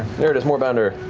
there it is, moorbounder.